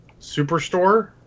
Superstore